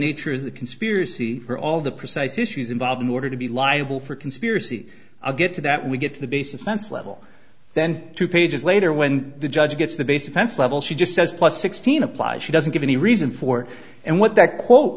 nature of the conspiracy or all the precise issues involved in order to be liable for conspiracy i'll get to that we get to the base offense level then two pages later when the judge gets the base offense level she just says plus sixteen applies she doesn't give any reason for and what that quote